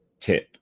tip